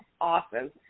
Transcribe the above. Awesome